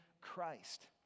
Christ